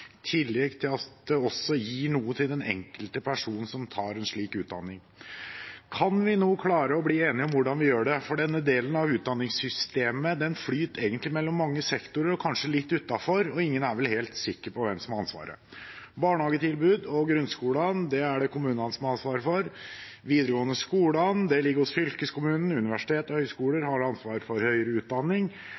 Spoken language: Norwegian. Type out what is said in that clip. tillegg til at det også gir noe til den enkelte person som tar en slik utdanning. Kan vi nå klare å bli enige om hvordan vi gjør det, for denne delen av utdanningssystemet flyter egentlig mellom mange sektorer, og kanskje litt utenfor, og ingen er vel helt sikre på hvem som har ansvaret. Barnehagetilbudet og grunnskolene er det kommunene som har ansvaret for. De videregående skolene ligger hos fylkeskommunen. Universitet og høyskoler har ansvaret for høyere utdanning,